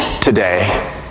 today